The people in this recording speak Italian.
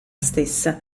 stessa